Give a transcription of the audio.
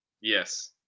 Yes